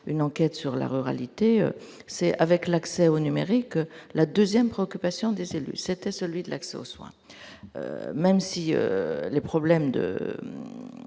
une enquête sur la ruralité, c'est avec l'accès au numérique, la 2ème préoccupation des élus, c'était celui de l'accès aux soins, même si les problèmes de